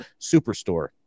superstore